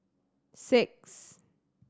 six